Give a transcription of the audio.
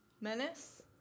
Menace